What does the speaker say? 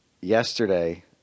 yesterday